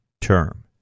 term